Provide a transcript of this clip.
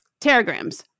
teragrams